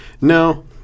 No